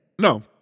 No